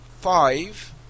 five